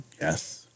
Yes